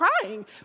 crying